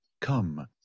Come